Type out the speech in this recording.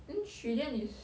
then trillion is